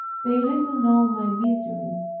they little know my miseries,